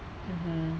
mmhmm